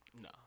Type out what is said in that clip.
No